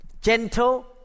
gentle